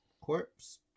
corpse